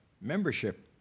membership